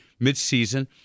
midseason